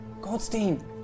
Goldstein